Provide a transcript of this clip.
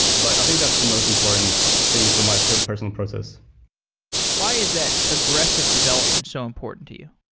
but i think that's the most important thing for my personal process why is that aggressive development so important to you?